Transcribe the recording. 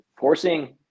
forcing